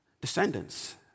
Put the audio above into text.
descendants